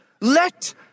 Let